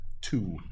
two